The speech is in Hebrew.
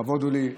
לכבוד הוא לי.